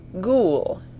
Ghoul